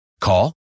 Call